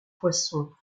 poisson